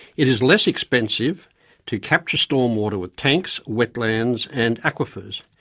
it is less expensive to capture stormwater with tanks, wetlands and aquifers.